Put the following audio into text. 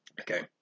Okay